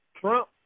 Trump